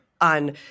On